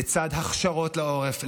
לצד הכשרות לעורף,